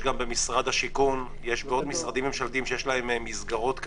יש גם במשרד השיכון ועוד משרדים ממשלתיים שיש להם מסגרות כאלה,